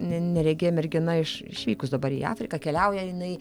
n neregė mergina iš išvykus dabar į afriką keliauja jinai